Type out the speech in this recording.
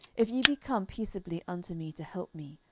if ye be come peaceably unto me to help me,